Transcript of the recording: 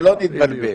שלא תתבלבל.